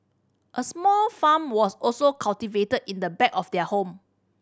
a small farm was also cultivated in the back of their home